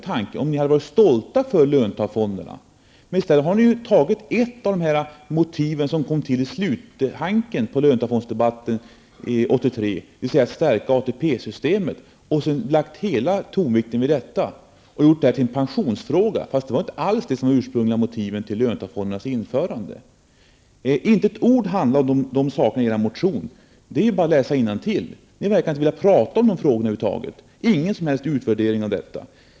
Har ni varit stolta över löntagarfonderna? I stället för ni fram ett av de motiv som kom fram i slutfasen av löntagarfondsdebatten 1983, dvs. att stärka ATP systemet. Ni har lagt hela tonvikten vid detta och gjort fondfrågan till en pensionsfråga. Det var inte alls det ursprungliga motivet för löntagarfondernas införande. Inte ett ord säger ni om de övriga motiven i er motion; det är bara att läsa innantill. Det verkar som om ni över huvud taget inte vill prata om dessa motiv. Det görs ingen som helst utvärdering.